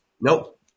Nope